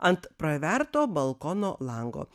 ant praverto balkono lango